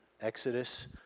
Exodus